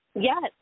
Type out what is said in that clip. Yes